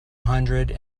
hundred